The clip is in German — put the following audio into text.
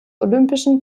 olympischen